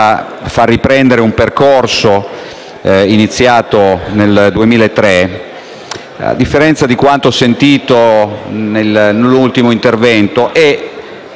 iniziato nel 2003, a differenza di quanto ho ascoltato nell'ultimo intervento, rappresenta